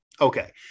Okay